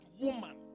woman